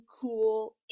cool